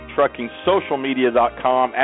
TruckingSocialMedia.com